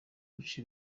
guca